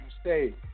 stay